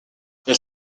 elle